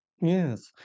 Yes